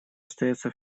остается